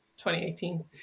2018